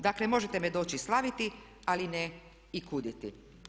Dakle možete me doći slaviti ali ne i kuditi.